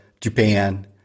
Japan